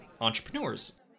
entrepreneurs